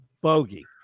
Bogey